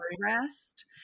rest